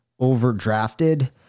overdrafted